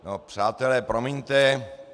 No přátelé, promiňte.